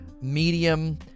medium